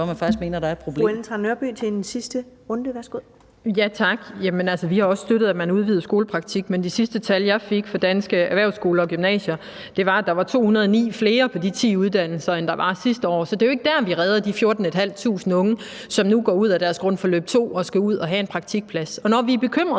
Vi har også støttet, at man udvidede skolepraktik, men de sidste tal, jeg fik fra Danske Erhvervsskoler og -Gymnasier, var, at der var 209 flere på de 10 uddannelser, end der var sidste år. Så det er jo ikke der, vi redder de 14.500 unge, som nu går ud af deres grundforløb 2 og skal ud at have en praktikplads. Når vi fra Venstres